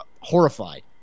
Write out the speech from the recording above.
horrified